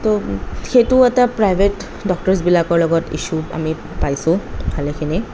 তৌ সেইটো এটা প্ৰাইভেট ডক্টৰচবিলাকৰ লগত ইচ্ছ্য়ু আমি পাইছোঁ ভালেখিনি